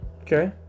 Okay